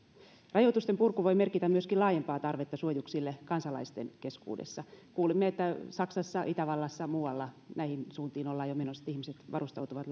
rajoitusten purku voi merkitä myöskin laajempaa tarvetta suojuksille kansalaisten keskuudessa kuulimme että saksassa itävallassa ja muualla näihin suuntiin ollaan jo menossa että ihmiset varustautuvat